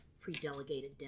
pre-delegated